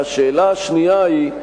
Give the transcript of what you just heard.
והשאלה השנייה היא,